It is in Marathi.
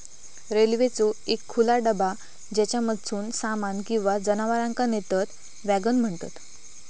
रेल्वेचो एक खुला डबा ज्येच्यामधसून सामान किंवा जनावरांका नेतत वॅगन म्हणतत